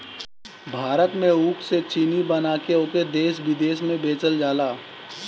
भारत में ऊख से चीनी बना के ओके देस बिदेस में बेचल जाला